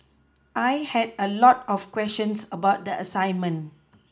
I had a lot of questions about the assignment